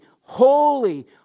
holy